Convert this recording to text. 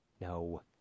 No